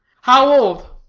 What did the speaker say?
how old?